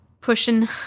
pushing